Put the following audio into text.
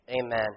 Amen